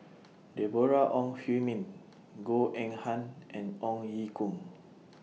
Deborah Ong Hui Min Goh Eng Han and Ong Ye Kung